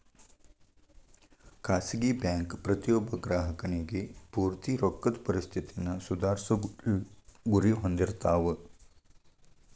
ಖಾಸಗಿ ಬ್ಯಾಂಕ್ ಪ್ರತಿಯೊಬ್ಬ ಗ್ರಾಹಕನಿಗಿ ಪೂರ್ತಿ ರೊಕ್ಕದ್ ಪರಿಸ್ಥಿತಿನ ಸುಧಾರ್ಸೊ ಗುರಿ ಹೊಂದಿರ್ತಾವ